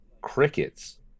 crickets